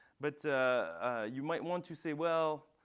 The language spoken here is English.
but you might want to say, well